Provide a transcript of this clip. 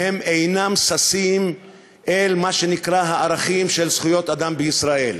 והם אינם ששים אל מה שנקרא הערכים של זכויות אדם בישראל.